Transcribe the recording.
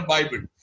Bible